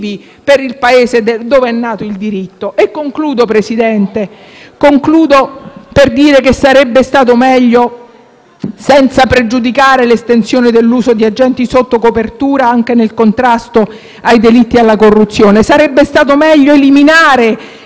per il Paese dove è nato il diritto. Concludo, signor Presidente, dicendo che sarebbe stato meglio, senza pregiudicare l'estensione dell'uso di agenti sotto copertura anche nel contrasto ai delitti di corruzione, eliminare